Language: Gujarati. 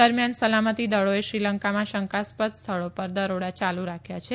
દરમિયાન સલામતિ દળોએ શ્રીલંકામાં શંકાસ્પદ સ્થળો પર દરોડા યાલુ રાખ્યા છે